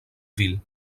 ville